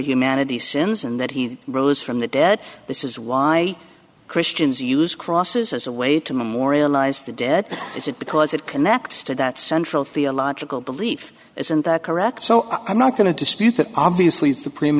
humanity sins and that he rose from the dead this is why christians use crosses as a way to memorialize the dead is it because it connects to that central theological belief isn't that correct so i'm not going to dispute that obviously